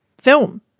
Film